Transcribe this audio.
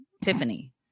Tiffany